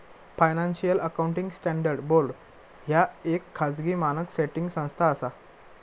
financial accounting standards board ह्या येक खाजगी मानक सेटिंग संस्था असा